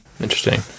interesting